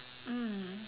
mm